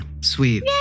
Sweet